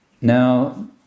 Now